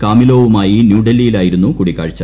കാമിലോവുമായി ന്യൂഡൽഹിയിലായിരുന്നു കൂടിക്കാഴ്ച